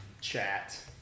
chat